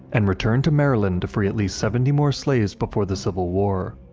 and returned to maryland to free at least seventy more slaves before the civil war.